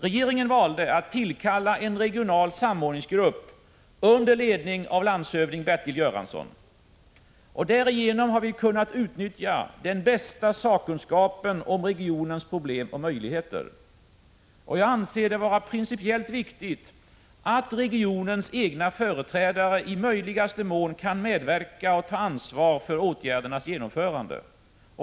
Regeringen valde att tillkalla en regional samordningsgrupp under ledning av landshövding Bertil Göransson. Därigenom har vi kunnat utnyttja den bästa sakkunskapen om regionens problem och möjligheter. Jag anser det vara principiellt viktigt att regionens egna företrädare i möjligaste mån kan medverka och ta ansvar för åtgärdernas genomförande.